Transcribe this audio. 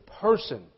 person